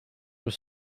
were